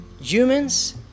Humans